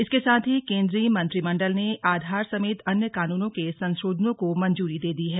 इसके साथ ही केंद्रीय मंत्रिमंडल ने आधार समेत अन्य कानूनों के संशोधन को मंजूरी दे दी है